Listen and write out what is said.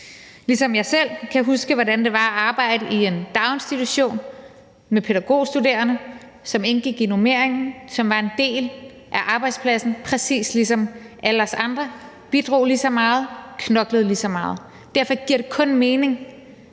ligesom jeg selv kan huske, hvordan det var at arbejde i en daginstitution med pædagogstuderende, som indgik i normeringen, og som var en del af arbejdspladsen præcis ligesom alle os andre og bidrog lige så meget og knoklede lige så meget. Derfor giver det kun mening,